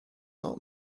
not